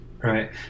Right